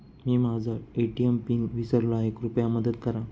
मी माझा ATM pin विसरलो आहे, कृपया मदत करा